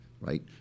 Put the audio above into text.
right